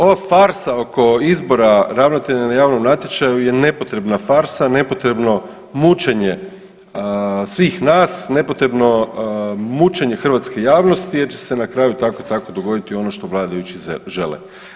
Ova farsa oko izbora ravnatelja na javnom natječaju je nepotrebna farsa, nepotrebno mučenje svih nas, nepotrebno mučenje hrvatske javnosti jer će se na kraju tako i tako dogoditi ono što vladajući žele.